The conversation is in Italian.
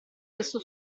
questo